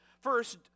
first